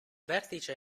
vertice